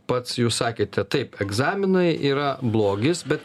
pats jūs sakėte taip egzaminai yra blogis bet